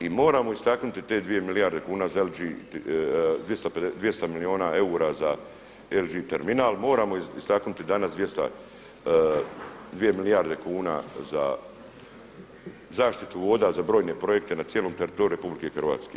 I moramo istaknuti te dvije milijarde kuna za LG 200 milijuna eura za LG Terminal, moramo istaknuti danas 2 milijarde kuna za zaštitu voda za brojne projekte na cijelom teritoriju RH.